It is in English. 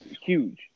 huge